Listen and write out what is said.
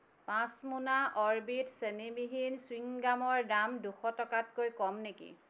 পাঁচ মোনা অ'ৰবিট চেনিবিহীন চ্যুইংগামৰ দাম দুশ টকাতকৈ কম নেকি